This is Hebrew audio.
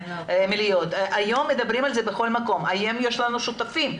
היום יש לנו שותפים.